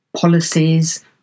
policies